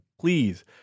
Please